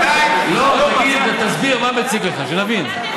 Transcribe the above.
לא, תגיד, תסביר מה מציק לך, שנבין.